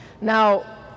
Now